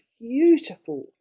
beautiful